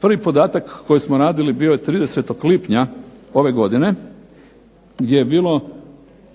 Prvi podatak koji smo radili bio je 30. lipanj ove godine gdje je bilo